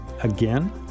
Again